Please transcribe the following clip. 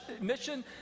mission